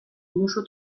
musu